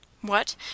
What